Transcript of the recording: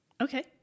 Okay